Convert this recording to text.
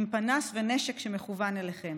עם פנס ונשק שמכוון אליכם.